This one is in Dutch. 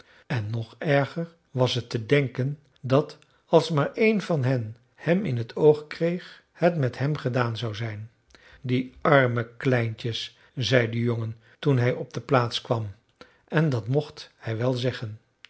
en nog erger was het te denken dat als maar één van hen hem in t oog kreeg het met hem gedaan zou zijn die arme kleintjes zei de jongen toen hij op de plaats kwam en dat mocht hij wel zeggen